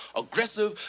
aggressive